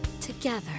together